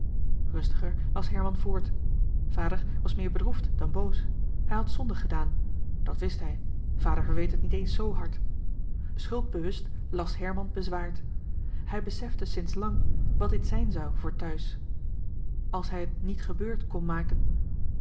rustiger las herman voort vader was meer bedroefd johan de meester de zonde in het deftige dorp dan boos hij had zondig gedaan dat wist hij vader verweet het niet eens zoo hard schuldbewust las herman bezwaard hij besefte sinds lang wat dit zijn zou voor thuis als hij het niet gebeurd kon maken